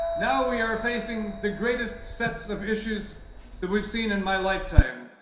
now we are facing the greatest sets of issues that we've seen in my lifetime.